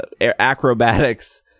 acrobatics